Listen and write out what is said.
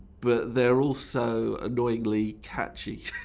but they're also. annoyingly catchy.